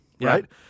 Right